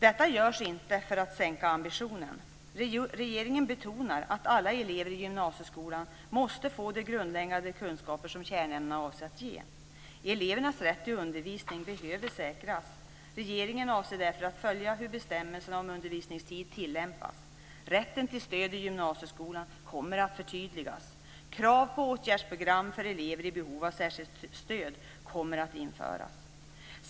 Detta görs inte för att sänka ambitionen. Regeringen betonar att alla elever i gymnasieskolan måste få de grundläggande kunskaper som kärnämnena avser att ge. Elevernas rätt till undervisning behöver säkras. Regeringen avser därför att följa hur bestämmelserna om undervisningstid tillämpas. Rätten till stöd i gymnasieskolan kommer att förtydligas. Krav på åtgärdsprogram för elever i behov av särskilt stöd kommer att införas.